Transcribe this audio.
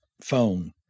phone